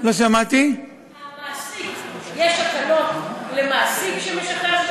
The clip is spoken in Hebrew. יש למעסיקים משהו,